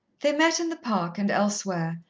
they met in the park and elsewhere,